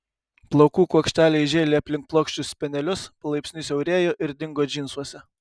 plaukų kuokšteliai žėlė aplink plokščius spenelius palaipsniui siaurėjo ir dingo džinsuose